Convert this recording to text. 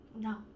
No